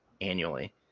annually